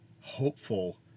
hopeful